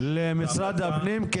למשרד הפנים,